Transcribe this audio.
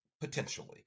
potentially